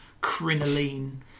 crinoline